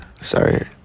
sorry